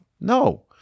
No